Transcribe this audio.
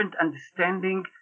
understanding